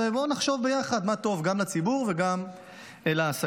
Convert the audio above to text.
ובואו נחשוב ביחד מה טוב לציבור וגם לעסקים.